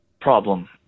problem